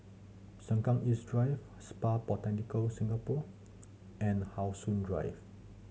Sengkang East Drive Spa Botanica Singapore and How Sun Drive